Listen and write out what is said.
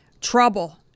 Trouble